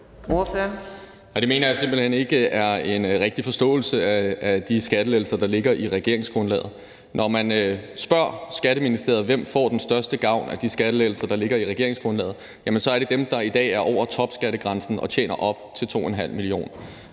Det mener jeg simpelt hen ikke er en rigtig forståelse af de skattelettelser, der ligger i regeringsgrundlaget. Når man spørger Skatteministeriet, hvem der får den største gavn af de skattelettelser, der ligger i regeringsgrundlaget, så er svaret, at det er dem, der i dag er over topskattegrænsen og tjener op til 2½ mio.